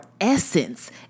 essence